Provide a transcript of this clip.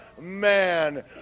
man